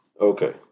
Okay